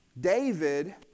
David